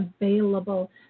available